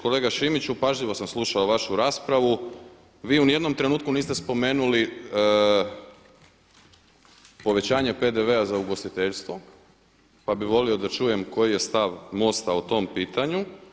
Kolega Šimiću pažljivo sam slušao vašu raspravu, vi ni u jednom trenutku niste spomenuli povećanje PDV-a za ugostiteljstvo pa bih volio da čujem koji je stav MOST-a o tom pitanju.